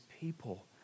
people